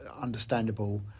understandable